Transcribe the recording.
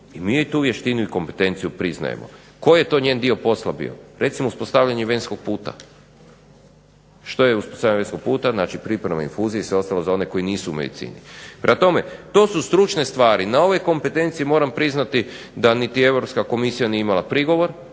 I mi joj tu vještinu i kompetenciju priznajemo. Koji je to njen dio posla bio? Recimo uspostavljanje venskog puta. Što je uspostavljanje venskog puta? Znači priprema infuzija i sve ostalo za one koji nisu u medicini. Prema tome, to su stručne stvari. Na ove kompetencije moram priznati da niti Europska komisija nije imala prigovor.